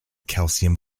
calcium